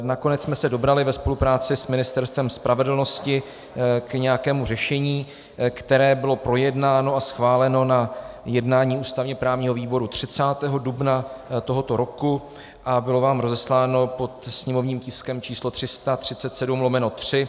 Nakonec jsme se dobrali ve spolupráci s Ministerstvem spravedlnosti k nějakému řešení, které bylo projednáno a schváleno na jednání ústavněprávního výboru 30. dubna tohoto roku a bylo vám rozesláno pod sněmovním tiskem číslo 337/3.